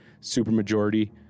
supermajority